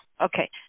Okay